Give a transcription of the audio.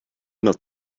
enough